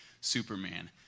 Superman